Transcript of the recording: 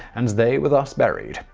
and they were thus buried.